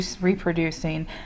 reproducing